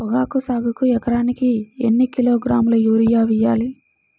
పొగాకు సాగుకు ఎకరానికి ఎన్ని కిలోగ్రాముల యూరియా వేయాలి?